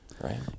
Right